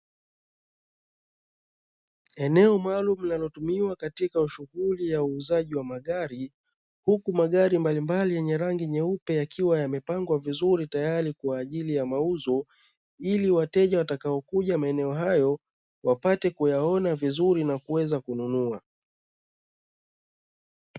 Eneo maalumu linalotumiwa katika shughuli ya uuzaji wa magari, huku magari mbalimbali yenye rangi nyeupe yakiwa yamepangwa vizuri tayari kwa ajili ya mauzo, ili wateja watakaokuja maeneo hayo wapate kuyaona vizuri na kuweza kununua.